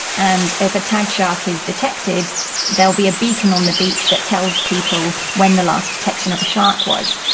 and if a tagged shark is detected there'll be a beacon on the beach that tells people when the last detection of a shark was.